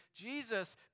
Jesus